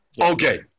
Okay